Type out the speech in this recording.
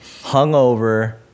hungover